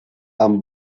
amb